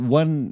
one